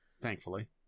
thankfully